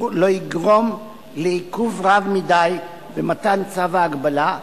לא יגרום לעיכוב רב מדי במתן צו ההגבלה,